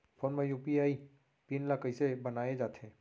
Phone म UPI pin ल कइसे बनाये जाथे?